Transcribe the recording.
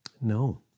No